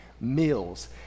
meals